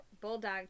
bulldog